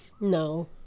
No